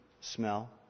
smell